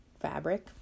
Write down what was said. fabric